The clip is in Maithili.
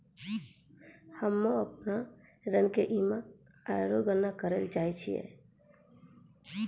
हम्म अपनो ऋण के ई.एम.आई रो गणना करैलै चाहै छियै